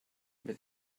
but